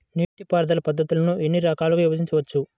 నీటిపారుదల పద్ధతులను ఎన్ని రకాలుగా విభజించవచ్చు?